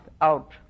out